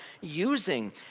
using